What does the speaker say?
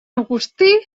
agustí